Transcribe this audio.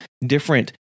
different